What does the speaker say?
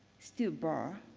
still bar.